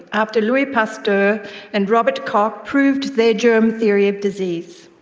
after louis pasteur and robert koch proved their germ theory of disease.